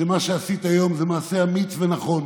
שמה שעשית היום זה מעשה אמיץ ונכון,